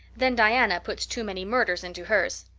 then diana puts too many murders into hers.